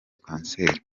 kanseri